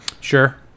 Sure